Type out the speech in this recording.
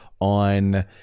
on